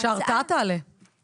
כדי שההרתעה תעלה, ברור.